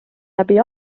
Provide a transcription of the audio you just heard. läbi